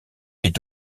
est